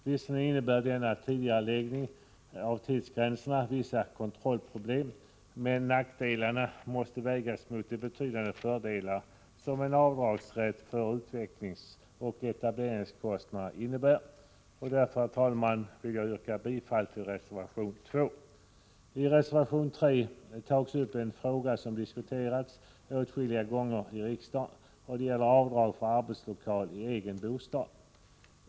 Visserligen innebär denna tidigareläggning av tidsgränsen vissa kontrollproblem, men nackdelarna måste vägas mot de betydande fördelar som en avdragsrätt för utvecklingsoch etableringskostnader innebär. Därför, herr talman, vill jag yrka bifall till reservation 2. I reservation 3 tas upp en fråga som diskuterats åtskilliga gånger i riksdagen. Det gäller avdrag för arbetslokal i egen bostad.